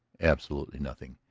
absolutely nothing.